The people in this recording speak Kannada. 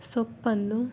ಸೊಪ್ಪನ್ನು